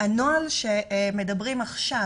הנוהל שמדברים עכשיו,